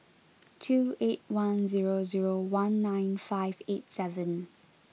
two eight one zero zero one nine five eight seven